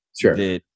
Sure